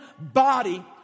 body